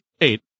Eight